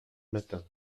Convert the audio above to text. matin